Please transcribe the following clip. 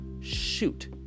Shoot